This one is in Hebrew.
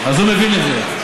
אז הוא מבין את זה,